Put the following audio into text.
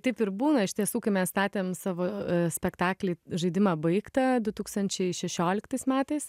taip ir būna iš tiesų kai mes statėm savo spektaklį žaidimą baigta du tūkstančiai šešioliktais metais